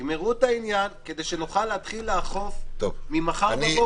תגמרו את העניין כדי שנוכל להתחיל לאכוף ממחר בבוקר.